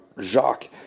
Jacques